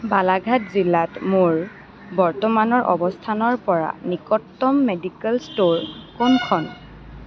বালাঘাট জিলাত মোৰ বৰ্তমানৰ অৱস্থানৰ পৰা নিকটতম মেডিকেল ষ্ট'ৰ কোনখন